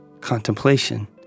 contemplation